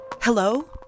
Hello